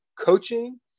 coaching